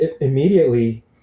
immediately